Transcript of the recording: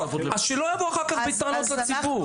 אז שלא יבוא אחר-כך בטענות לציבור,